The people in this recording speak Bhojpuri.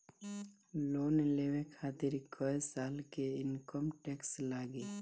लोन लेवे खातिर कै साल के इनकम टैक्स लागी?